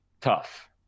tough